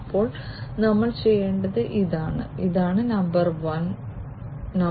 അപ്പോൾ നമ്മൾ ചെയ്യേണ്ടത് ഇതാണ് ഇത് നമ്പർ 1 ആണ്